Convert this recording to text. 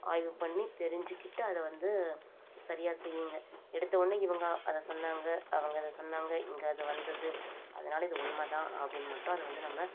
ஆய்வு பண்ணி தெரிஞ்சிக்கிட்டு அதை வந்து சரியாக செய்யிங்க எடுத்தவொடன்னே இவங்க அதை சொன்னாங்க அவங்க அதை சொன்னாங்க இங்கே அது வந்தது அதனால் இது உண்மைதான் அப்படின்னு மட்டும் அதை வந்து நம்ம